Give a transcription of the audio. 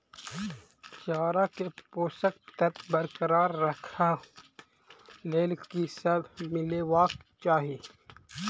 चारा मे पोसक तत्व बरकरार राखै लेल की सब मिलेबाक चाहि?